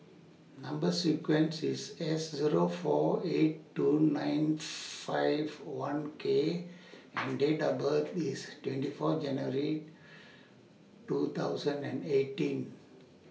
Number sequence IS S Zero four eight two nine five one K and Date of birth IS twenty four January two thousand and eighteen